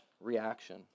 reaction